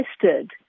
tested